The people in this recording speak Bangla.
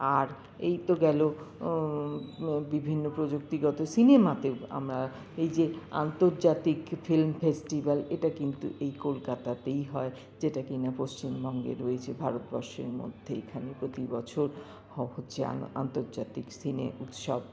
আর এইতো গেলো বিভিন্ন প্রযুক্তিগত সিনেমাতেও আমরা এই যে আন্তর্জাতিক ফিল্ম ফেস্টিভ্যাল এইটা কিন্তু এই কলকাতাতেই হয় যেটা কিনা পশ্চিমবঙ্গে রয়েছে ভারতবর্ষের মধ্যে এখানে প্রতিবছর হচ্ছে আন্তর্জাতিক সিনে উৎসব